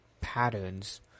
patterns